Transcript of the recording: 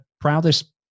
proudest